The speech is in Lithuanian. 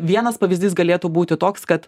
vienas pavyzdys galėtų būti toks kad